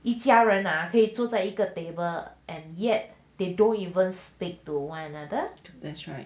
一家人 ah 可以住在一个 table and yet they don't even speak to one another